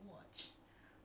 ya